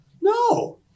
No